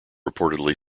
reportedly